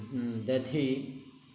दधि